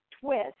twist